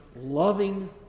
Loving